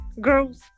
girls